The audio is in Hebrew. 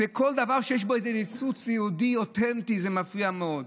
וכל דבר שיש בו איזה ניצוץ יהודי אותנטי הוא מפריע מאוד.